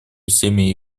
всеми